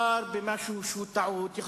מדובר בתוכנית סודית, אפילו מה עקרונות כוונותיו.